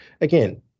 again